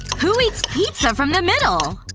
who eats pizza from the middle?